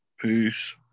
Peace